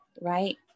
right